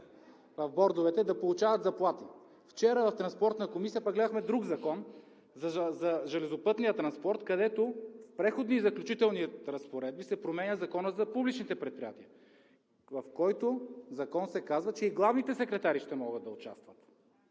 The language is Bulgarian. Стоянова – да получават заплати. Вчера в Транспортната комисия пък гледахме друг Закон за железопътния транспорт, където в Преходни и заключителни разпоредби се променя Законът за публичните предприятия, в който Закон се казва, че и главните секретари ще могат да участват.